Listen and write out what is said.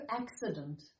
accident